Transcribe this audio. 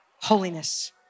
Holiness